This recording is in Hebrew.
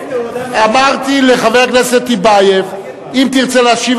אמרתי לחבר הכנסת טיבייב האם תרצה להשיב,